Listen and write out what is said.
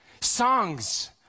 songs